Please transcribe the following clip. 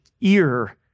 ear